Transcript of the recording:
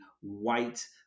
white